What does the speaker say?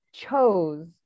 chose